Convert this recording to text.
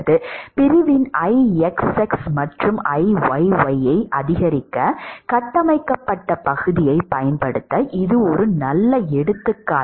பிரிவின் Ixx மற்றும் Iyy ஐ அதிகரிக்க கட்டமைக்கப்பட்ட பகுதியைப் பயன்படுத்த இது ஒரு எடுத்துக்காட்டு